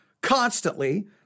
Constantly